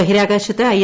ബഹിരാകാശത്ത് ഐ